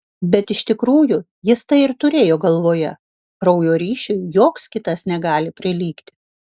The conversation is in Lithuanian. bet iš tikrųjų jis tai ir turėjo galvoje kraujo ryšiui joks kitas negali prilygti